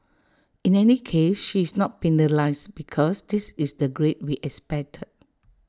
in any case she is not penalised because this is the grade we expected